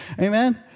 Amen